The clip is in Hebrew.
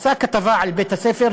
עשה כתבה על בית-הספר,